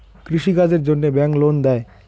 কৃষি কাজের জন্যে ব্যাংক লোন দেয়?